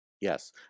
Yes